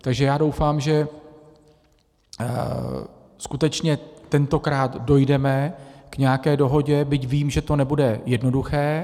Takže já doufám, že skutečně tentokrát dojdeme k nějaké dohodě, byť vím, že to nebude jednoduché.